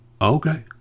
okay